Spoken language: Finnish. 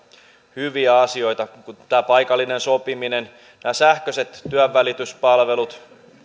hyviä asioita kuten tämä paikallinen sopiminen nämä sähköiset työnvälityspalvelut